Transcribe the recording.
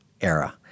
era